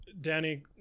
Danny